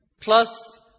Plus